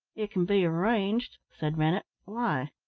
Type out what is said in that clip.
it can be arranged, said rennett. why?